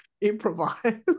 improvise